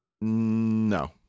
No